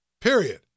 Period